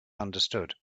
understood